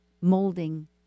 molding